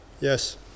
Yes